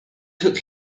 took